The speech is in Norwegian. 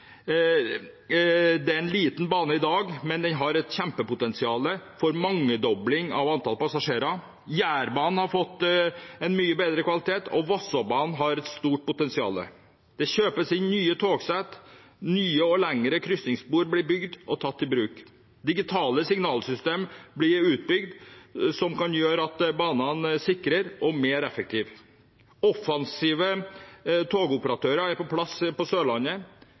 Det er en liten bane i dag, men den har et kjempepotensial for mangedobling av antall passasjerer. Jærbanen har fått en mye bedre kvalitet, og Vossabanen har et stort potensial. Det kjøpes inn nye togsett, nye og lengre krysningsspor blir bygd og tatt i bruk. Digitale signalsystem blir utbygd, som kan gjøre at banene er sikrere og mer effektive. Offensive togoperatører er på plass på Sørlandet,